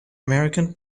american